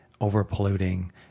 over-polluting